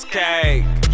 cake